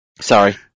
Sorry